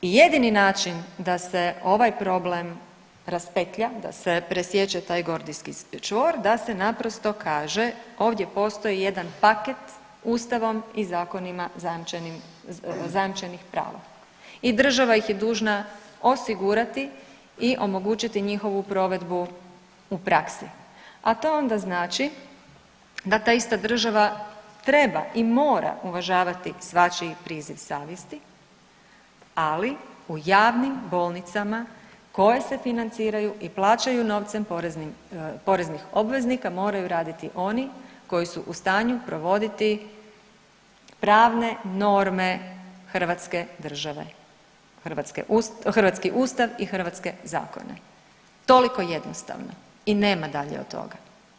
I jedini način da se ovaj problem raspetlja, da se presječe taj gordijski čvor da se naprosto kaže ovdje postoji jedan paket ustavom i zakonima zajamčenih prava i država ih je dužna osigurati i omogućiti njihovu provedbu u praksu, a to onda znači da ta ista država treba i mora uvažavati svačiji priziv savjesti, ali u javnim bolnicama koje se financiraju i plaćaju novcem poreznih obveznika moraju raditi oni koji su u stanju provoditi pravne norme hrvatske države, hrvatski ustav i hrvatske zakone, toliko jednostavno i nema dalje od toga.